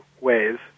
ways